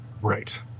Right